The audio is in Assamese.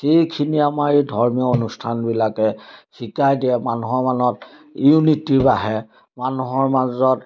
সেইখিনি আমাৰ এই ধৰ্মীয় অনুষ্ঠানবিলাকে শিকাই দিয়ে মানুহৰ মনত ইউনিটি বাঢ়ে মানুহৰ মাজত